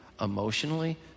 emotionally